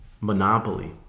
Monopoly